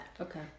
Okay